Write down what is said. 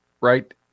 right